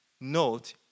note